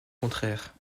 contraire